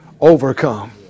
overcome